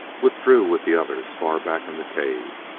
withdrew with the others far back in the cave.